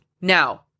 Now